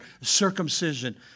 circumcision